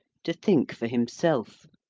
to think for himself.